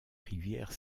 rivière